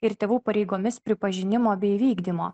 ir tėvų pareigomis pripažinimo bei įvykdymo